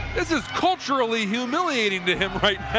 this is culturally humiliating to him right